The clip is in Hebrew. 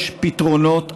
יש פתרונות אחרים,